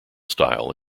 style